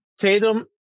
Tatum